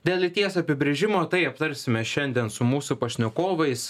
dėl lyties apibrėžimo tai aptarsime šiandien su mūsų pašnekovais